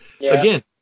Again